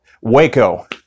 Waco